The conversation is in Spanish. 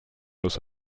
los